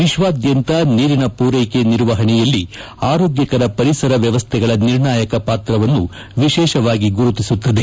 ವಿಶ್ವಾದ್ಯಂತ ನೀರಿನ ಪೂರ್ಲೆಕೆ ನಿರ್ವಹಣೆಯಲ್ಲಿ ಆರೋಗ್ಟಕರ ಪರಿಸರ ವ್ವವಸ್ಥೆಗಳ ನಿರ್ಣಾಯಕ ಪಾತ್ರವನ್ನು ವಿಶೇಷವಾಗಿ ಗುರುತಿಸುತ್ತದೆ